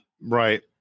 Right